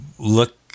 look